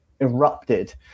erupted